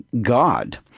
God